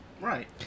Right